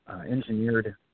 engineered